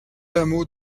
hameaux